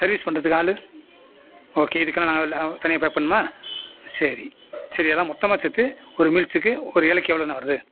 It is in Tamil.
சர்வீஸ் பண்றத்துக்கு ஆள் ஓகே இதுக்குலாம் நாங்கள் தனியாக பே பண்ணணுமா சரி சரி அதுலாம் மொத்தமாக சேர்த்து ஒரு மீல்ஸ்க்கு ஒரு இலைக்கு எவ்வளோண்ணா வருது